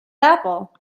apple